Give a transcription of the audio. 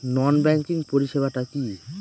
নন banking পরিষেবা টা কি?